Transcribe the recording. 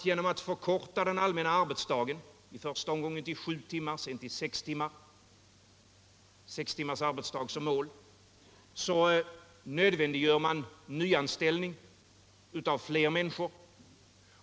Genom att förkorta den allmänna arbetsdagen — i första omgången till sju timmar och sedan till sex timmar, alltså med sex timmars arbetsdag som mål —- nödvändiggör man nämligen nyanställning av fler människor.